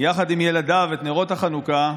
יחד עם ילדיו את נרות החנוכה.